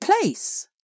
place